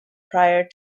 prior